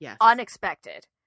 unexpected